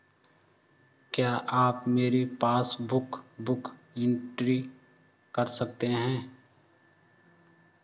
क्या आप मेरी पासबुक बुक एंट्री कर सकते हैं?